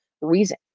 reason